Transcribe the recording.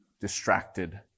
distracted